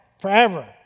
forever